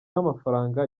n’amafaranga